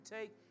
take